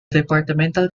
departmental